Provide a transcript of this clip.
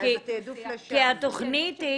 הכותרת של התכנית היא